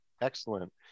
Excellent